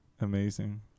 amazing